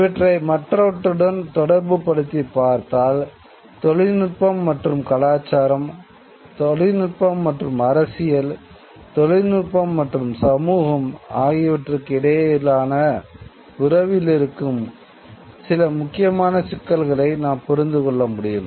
இவற்றை மற்றவற்றுடன் தொடர்புப்படுத்திப் பார்த்தல் தொழில்நுட்பம் மற்றும் கலாச்சாரம் தொழில்நுட்பம் மற்றும் அரசியல் தொழில்நுட்பம் மற்றும் சமூகம் ஆகியவற்றுக்கு இடையிலான உறவில் இருக்கும் சில முக்கியமான சிக்கல்களை நாம் புரிந்துகொள்ள முடியும்